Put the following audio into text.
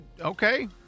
okay